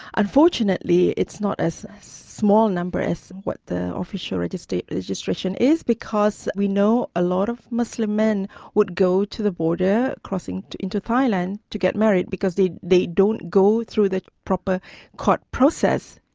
unfortunately it's not as small number as what the official registration registration is, because we know a lot of muslim men would go to the border, crossing into thailand, to get married, because they they don't go through the proper court process,